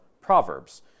Proverbs